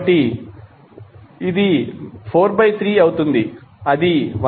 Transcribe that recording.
కాబట్టి ఇది 43 అవుతుంది అది 126